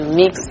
mix